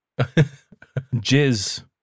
jizz